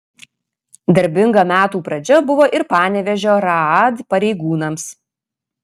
darbinga metų pradžia buvo ir panevėžio raad pareigūnams